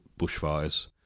bushfires